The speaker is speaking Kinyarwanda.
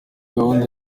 gahunda